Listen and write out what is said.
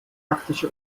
arktische